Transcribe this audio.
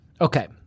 Okay